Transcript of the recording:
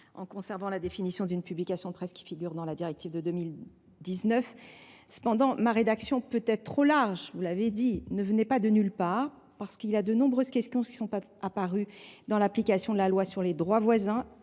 en conservant la définition d’une publication de presse telle qu’elle figure dans la directive de 2019. Cependant, la rédaction, peut être trop large, que j’ai proposée ne vient pas de nulle part. En effet, de nombreuses questions sont apparues dans l’application de la loi sur les droits voisins,